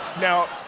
Now